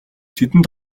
тэдэнд